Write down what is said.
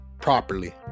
properly